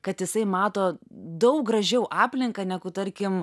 kad jisai mato daug gražiau aplinką negu tarkim